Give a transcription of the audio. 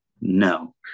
No